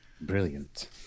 brilliant